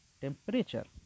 temperature